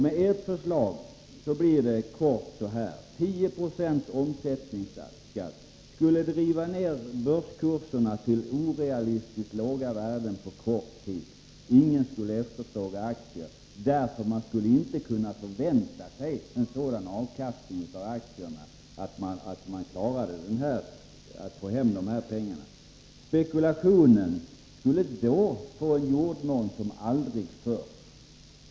Med ert förslag blir det kortfattat så här: 10 26 omsättningsskatt skulle på kort tid driva ned börskurserna till ett orealistiskt lågt värde. Ingen skulle efterfråga aktier, därför att man inte skulle kunna förvänta sig en sådan avkastning att det hela skulle gå ihop. Spekulationen skulle då få en jordmån som aldrig förr.